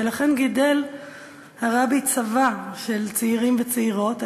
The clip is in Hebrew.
ולכן גידל הרבי צבא של צעירים וצעירות,